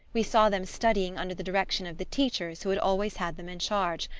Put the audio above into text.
we saw them studying under the direction of the teachers who had always had them in charge,